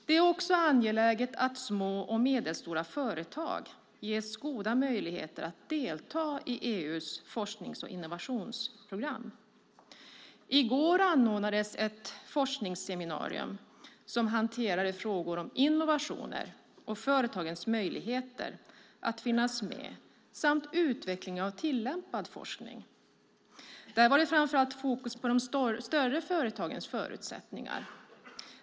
Det är också angeläget att små och medelstora företag ges goda möjligheter att delta i EU:s forsknings och innovationsprogram. I går anordnades ett forskningsseminarium som hanterade frågor om innovationer och företagens möjligheter att finnas med samt utvecklingen av tillämpad forskning. Där var det framför allt fokus på de större företagens förutsättningar.